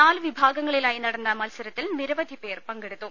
നാല് വിഭാഗങ്ങളിലായി നടന്ന മത്സരത്തിൽ നിരവധി പേർ പങ്കെടുത്തു